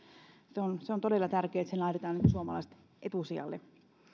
on todella tärkeätä että siinä laitetaan suomalaiset etusijalle